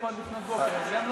הבתים כבר נהרסו, לא?